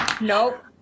Nope